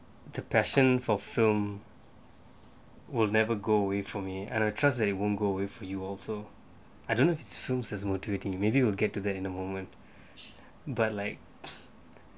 the passion for film will never go away from me and I trust that it won't go with you also I don't know if it's films as motivating maybe we'll get to that in a moment but like